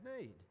need